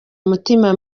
umutima